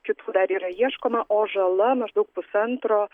kitų dar yra ieškoma o žala maždaug pusantro